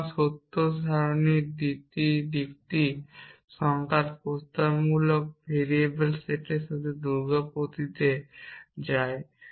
সুতরাং সত্য সারণীর দিকটি সংখ্যার প্রস্তাবনামূলক ভেরিয়েবল সেটের সাথে দ্রুতগতিতে যায়